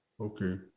Okay